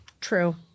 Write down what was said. True